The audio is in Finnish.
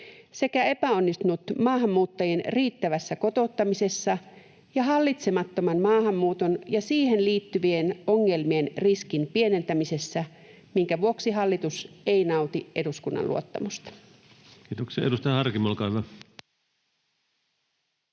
sekä epäonnistunut maahanmuuttajien riittävässä kotouttamisessa ja hallitsemattoman maahanmuuton ja siihen liittyvien ongelmien riskin pienentämisessä, minkä vuoksi hallitus ei nauti eduskunnan luottamusta.” [Speech 23] Speaker: